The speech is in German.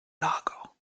lager